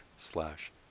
slash